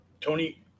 tony